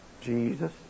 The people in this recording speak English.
Jesus